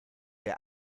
der